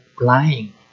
lying